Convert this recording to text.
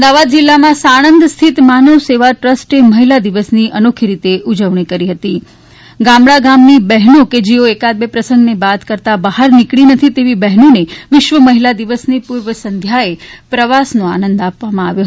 અમદાવાદ જીલ્લામાં સાણંદ સ્થિત માનવ સેવા ટ્રસ્ટે મહિલા દિવસની અનોખી રીતે ઉજવણી કરી છે ગામડા ગામની બહેનો એક બે પ્રસંગને બાદ કરતાં બહાર નીકળેલ નથી તેવી બહેનોને વિશ્વ મહિલા દિવસની પૂર્વ સંધ્યાએ પ્રવાસનો આનંદ આપવામાં આવ્યો